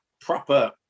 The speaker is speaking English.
proper